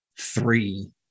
three